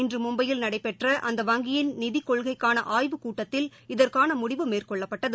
இன்றுமும்பையில் நடைபெற்றஅந்த வங்கியின் நிதிக் கொள்கைக்கானஆய்வுக் கூட்டத்தில் இதற்கானமுடிவு மேற்கொள்ளப்பட்டது